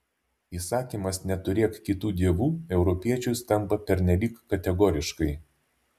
įsakymas neturėk kitų dievų europiečiui skamba pernelyg kategoriškai